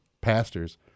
pastors